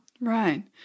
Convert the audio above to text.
Right